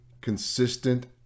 consistent